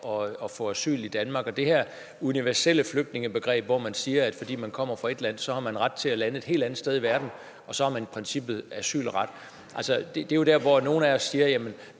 at få asyl i Danmark. Det her universelle flygtningebegreb, som gør, at man, fordi man kommer fra et land, så har ret til at lande et helt andet sted i verden, og man så i princippet har asylret, og hvor man altså på